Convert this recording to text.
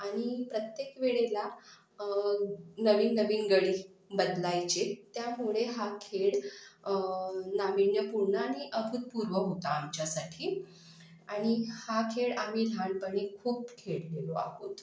आणि प्रत्येक वेळेला नवीन नवीन गडी बदलायचे त्यामुळे हा खेळ नाविन्यपूर्ण आणि अभूतपूर्व होता आमच्यासाठी आणि हा खेळ आम्ही लहानपणी खूप खेळलेलो आहोत